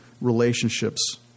relationships